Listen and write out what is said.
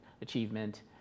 Achievement